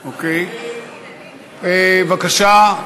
בבקשה.